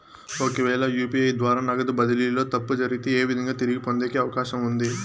ఒకవేల యు.పి.ఐ ద్వారా నగదు బదిలీలో తప్పు జరిగితే, ఏ విధంగా తిరిగి పొందేకి అవకాశం ఉంది?